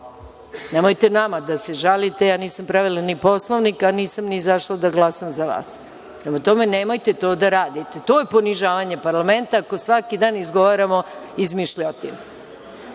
Nemojte nama da se žalite, pošto ja nisam pravila Poslovnik, a nisam ni izašla da glasam za vas. Prema tome, nemojte to da radite. To je ponižavanje parlamenta ako svaki dan izgovaramo izmišljotine